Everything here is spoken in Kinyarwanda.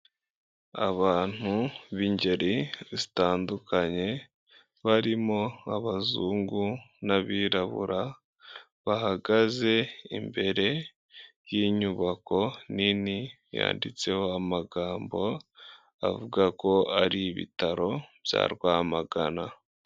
Abantu b'ingeri zitandukanye barimo nk'abazungu n'abirabura bahagaze imbere y'inyubako nini yanditseho amagambo avuga ko ari ibitaro bya Rwamagana.